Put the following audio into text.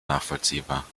nachvollziehbar